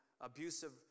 abusive